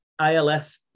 ILF